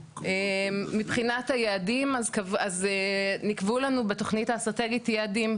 מבחינת היעדים אז נקבעו לנו בתוכנית האסטרטגית יעדים,